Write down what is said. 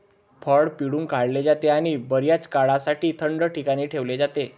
फळ पिळून काढले जाते आणि बर्याच काळासाठी थंड ठिकाणी ठेवले जाते